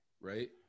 Right